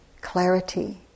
clarity